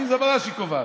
עליזה בראשי קובעת.